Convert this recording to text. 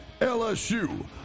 LSU